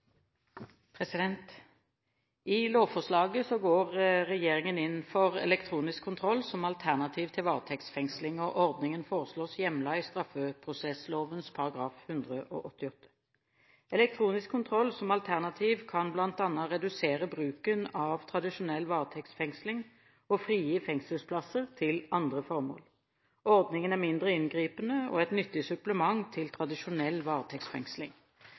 varetektsfengsling. I lovforslaget går regjeringen inn for elektronisk kontroll som alternativ til varetektsfengsling. Ordningen foreslås hjemlet i straffeprosessloven § 188. Elektronisk kontroll som alternativ kan bl.a. redusere bruken av tradisjonell varetektsfengsling og frigi fengselsplasser til andre formål. Ordningen er mindre inngripende og et nyttig supplement til tradisjonell varetektsfengsling.